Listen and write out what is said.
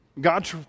God